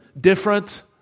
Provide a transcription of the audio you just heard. different